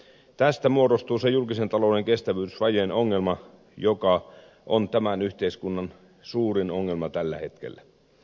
tästä muodostuu se julkisen talouden kestävyysvajeen ongelma joka on tämän yhteiskunnan suurin ongelma tällä hetkellä